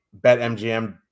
BetMGM